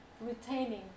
retaining